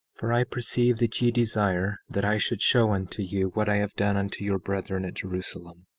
for i perceive that ye desire that i should show unto you what i have done unto your brethren at jerusalem,